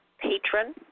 patron